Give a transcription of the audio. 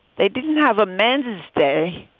they didn't have a man day